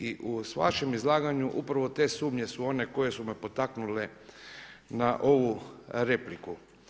I u vašem izlaganju upravo te sumnje su one koje su me potaknule na ovu repliku.